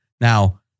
Now